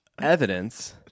evidence